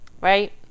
right